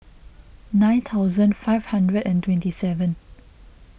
nine thousand five hundred and twenty seven